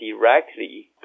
directly